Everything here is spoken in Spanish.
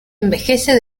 envejece